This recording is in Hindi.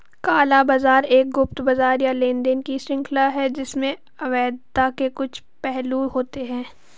काला बाजार एक गुप्त बाजार या लेनदेन की श्रृंखला है जिसमें अवैधता के कुछ पहलू होते हैं